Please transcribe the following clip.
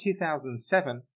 2007